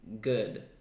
good